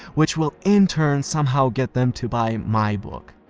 which will in turn somehow get them to buy my book.